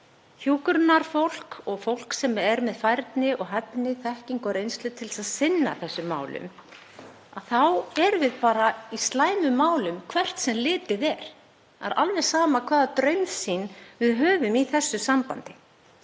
hjúkrunarfólk og fólk sem er með færni og hæfni, þekkingu og reynslu til að sinna þessum málum, þá erum við bara í slæmum málum hvert sem litið er. Það alveg sama hvaða draumsýn við höfum í þessu sambandi.